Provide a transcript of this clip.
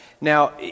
Now